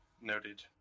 Noted